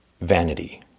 vanity